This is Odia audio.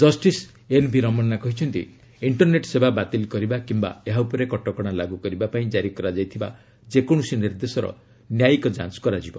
ଜଷ୍ଟିସ୍ ଏନ୍ଭି ରମନା କହିଛନ୍ତି ଇଷ୍ଟର୍ନେଟ୍ ସେବା ବାତିଲ୍ କରିବା କିମ୍ବା ଏହା ଉପରେ କଟକଣା ଲାଗୁ କରିବାପାଇଁ ଜାରି କରାଯାଇଥିବା ଯେକୌଣସି ନିର୍ଦ୍ଦେଶର ନ୍ୟାୟିକ ଯାଞ୍ କରାଯିବ